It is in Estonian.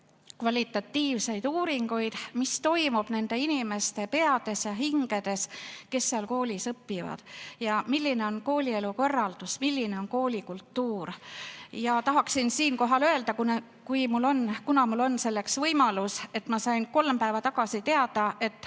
kvalitatiivseid uuringuid, mis toimub nende inimeste peades ja hingedes, kes seal koolis õpivad, ja milline on koolielu korraldus, milline on kooli kultuur. Tahaksin siinkohal öelda, kuna mul on selleks võimalus, et ma sain kolm päeva tagasi teada, et